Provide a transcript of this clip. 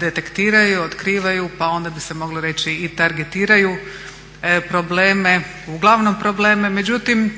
detektiraju, otkrivaju, pa onda bi se moglo reći i targetiraju probleme, uglavnom probleme. Međutim,